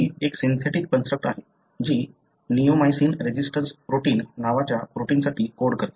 ही एक synthetic construct आहे जी निओमायसिन रेझिस्टन्स प्रोटीन नावाच्या प्रोटीनसाठी कोड करते